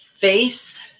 face